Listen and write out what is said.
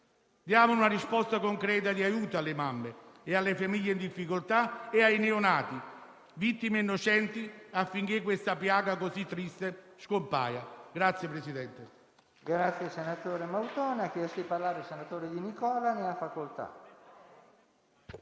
Diamo una risposta concreta di aiuto alle mamme, alle famiglie in difficoltà e ai neonati, vittime innocenti, affinché questa piaga così triste scompaia. [DI